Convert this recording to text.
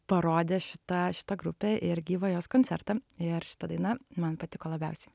parodė šitą šitą grupę ir gyvą jos koncertą ir šita daina man patiko labiausiai